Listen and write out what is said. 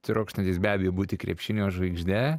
trokštantis be abejo būti krepšinio žvaigžde